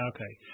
Okay